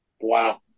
Wow